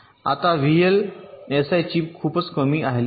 आता VLSI chip खूपच कमी झाली आहे